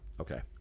okay